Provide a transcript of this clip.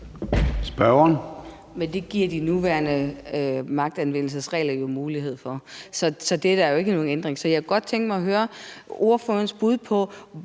Mølbæk (SF): Det giver de nuværende magtanvendelsesregler mulighed for, så det kræver jo ikke nogen ændring. Jeg kunne godt tænke mig at høre ordførerens bud på,